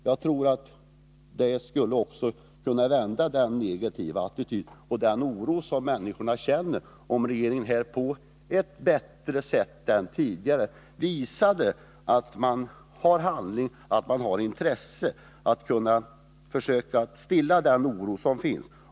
Jag tror att regeringen skulle kunna ändra på den negativa attityden bland människorna och skingra den oro som de känner, om regeringen på ett bättre sätt än tidigare visar handlingskraft och intresse.